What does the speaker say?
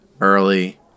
early